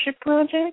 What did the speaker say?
Project